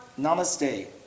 Namaste